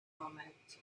moment